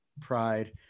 Pride